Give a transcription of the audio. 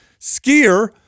skier